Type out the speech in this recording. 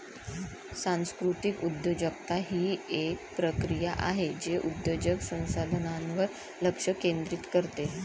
सांस्कृतिक उद्योजकता ही एक प्रक्रिया आहे जे उद्योजक संसाधनांवर लक्ष केंद्रित करते